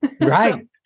Right